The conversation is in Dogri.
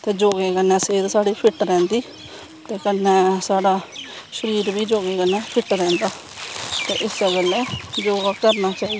ते योगे कन्नैं सेह्त साढ़ी फिट्ट रैंह्दी ते कन्नैं शरीर बी साढ़ा योगे कन्नैं फिट्ट रैंह्दा ते इस्सै गल्ला योगा करनां चाही दा